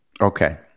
okay